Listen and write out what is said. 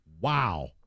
wow